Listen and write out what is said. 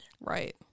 Right